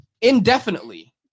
Indefinitely